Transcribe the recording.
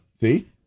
See